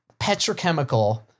petrochemical